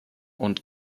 und